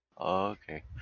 Okay